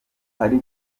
hari